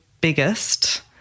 biggest